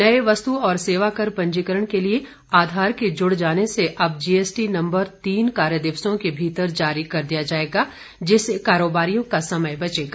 नए वस्तु और सेवा कर पंजीकरण के लिये आधार के जुड़ जाने से अब जीएसटी नंबर तीन कार्य दिवसों के भीतर जारी कर दिया जाएगा जिससे कारोबारियों का समय बचेगा